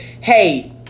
hey